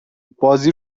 بازی